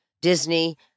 Disney